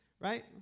right